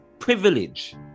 privilege